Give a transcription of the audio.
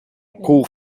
cours